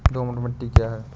दोमट मिट्टी क्या है?